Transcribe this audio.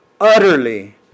utterly